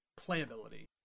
playability